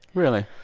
really.